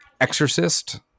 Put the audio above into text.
Exorcist